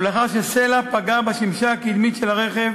לאחר שסלע פגע בשמשה הקדמית של הרכב